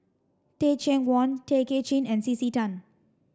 Teh Cheang Wan Tay Kay Chin and C C Tan